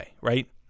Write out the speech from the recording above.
right